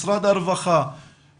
משרד הרווחה,